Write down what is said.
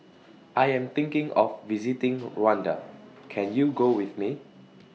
I Am thinking of visiting Rwanda Can YOU Go with Me